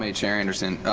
ah chair anderson,